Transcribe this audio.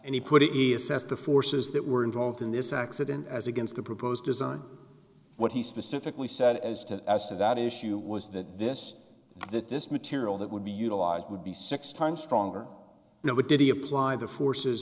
and he put it is says the forces that were involved in this accident as against the proposed design what he specifically said as to as to that issue was that this that this material that would be utilized would be six times stronger you know what did he apply the forces